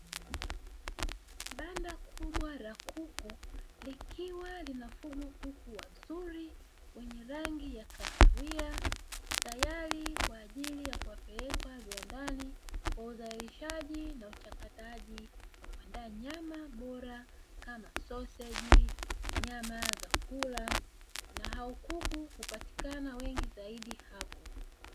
Banda kubwa la kuku likiwa linafugwa kuku wazuri wenye rangi ya kahawia, tayari kwa ajili ya kuwapeleka viwandani kwa uzalishaji na uchakataji, kwa kuandaa nyama bora kama soseji, nyama za kula, na hao kuku hupatikana wengi zaidi hapo.